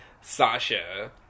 Sasha